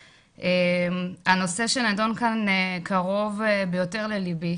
הנושא שנדון כאן קרוב ביותר לליבי,